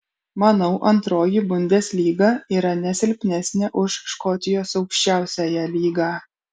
manau antroji bundeslyga yra ne silpnesnė už škotijos aukščiausiąją lygą